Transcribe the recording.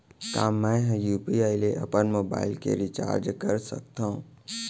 का मैं यू.पी.आई ले अपन मोबाइल के रिचार्ज कर सकथव?